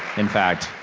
in fact!